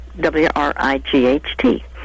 W-R-I-G-H-T